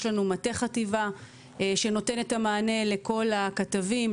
יש לנו מטה חטיבה שנותן את המענה לכל הכתבים,